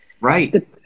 right